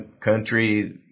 country